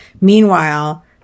meanwhile